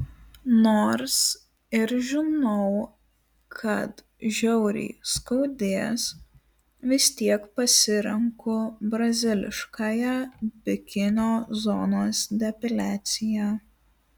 nors ir žinau kad žiauriai skaudės vis tiek pasirenku braziliškąją bikinio zonos depiliaciją